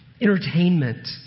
entertainment